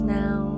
now